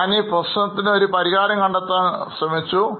ഞാൻ ഈ പ്രശ്നത്തിന് ഒരു പരിഹാരം കണ്ടെത്താൻ ശ്രമിക്കുന്നു